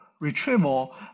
Retrieval